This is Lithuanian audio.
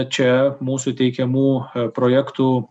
čia mūsų teikiamų projektų